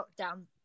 lockdown